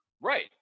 right